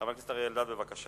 חבר הכנסת אריה אלדד, בבקשה.